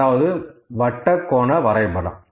அதாவது வட்டக் கோண வரைபடம்